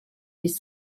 this